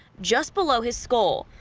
just below his school.